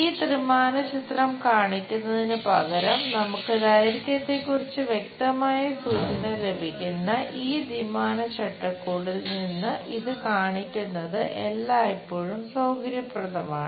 ഈ ത്രിമാന ചിത്രം കാണിക്കുന്നതിനുപകരം നമുക്ക് ദൈർഘ്യത്തെക്കുറിച്ച് വ്യക്തമായ സൂചന ലഭിക്കുന്ന ഈ ദ്വിമാന ചട്ടക്കൂടിൽ ഇത് കാണിക്കുന്നത് എല്ലായ്പ്പോഴും സൌകര്യപ്രദമാണ്